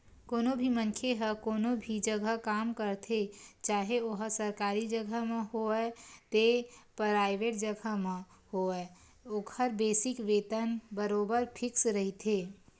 कोनो भी मनखे ह कोनो भी जघा काम करथे चाहे ओहा सरकारी जघा म होवय ते पराइवेंट जघा म होवय ओखर बेसिक वेतन बरोबर फिक्स रहिथे